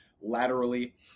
laterally